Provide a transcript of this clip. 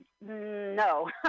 No